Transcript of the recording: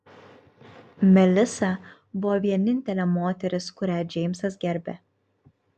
melisa buvo vienintelė moteris kurią džeimsas gerbė